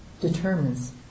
determines